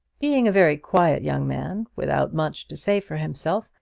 being a very quiet young man, without much to say for himself,